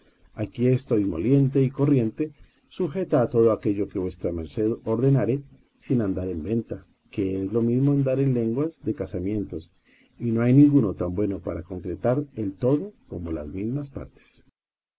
aquí estoy moliente y corriente sujeta a todo aquello que vuesa merced ordenare sin andar en venta que es lo mismo andar en lenguas de casamenteros y no hay ninguno tan bueno para concertar el todo como las mismas partes